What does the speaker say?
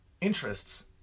interests